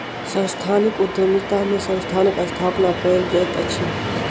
सांस्थानिक उद्यमिता में संस्थानक स्थापना कयल जाइत अछि